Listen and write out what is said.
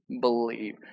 believe